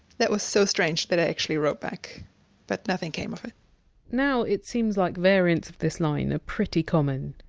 that was so strange that i actually wrote back but nothing came of it now, it seems like variants of this line are ah pretty common.